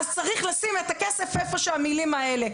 אז צריך לשים את הכסף איפה שהמילים האלה.